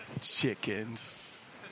Chickens